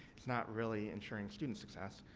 it's not really ensuring student success.